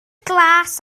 glas